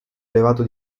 elevato